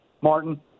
Martin